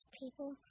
people